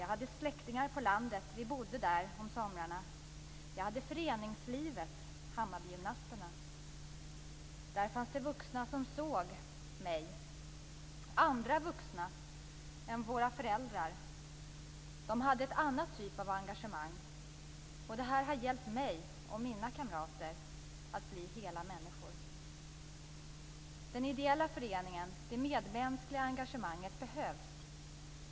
Vi hade släktingar på landet och bodde där om somrarna. Jag hade föreningslivet, Hammarbygymnasterna. Där fanns vuxna som såg mig. Det var andra vuxna än våra föräldrar. De hade en annan typ av engagemang, och detta har hjälpt mig och mina kamrater att bli hela människor. Den ideella föreningen och det medmänskliga engagemanget behövs.